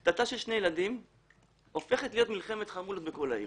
קטטה של שני ילדים הופכת להיות מלחמת חמולות בכל העיר.